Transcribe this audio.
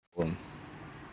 one